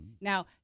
Now